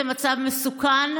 זה מצב מסוכן,